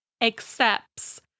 accepts